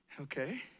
Okay